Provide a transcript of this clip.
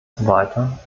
weiter